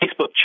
Facebook